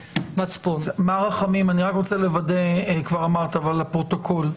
מר רחמים, אני רוצה לוודא לפרוטוקול, כבר אמרת.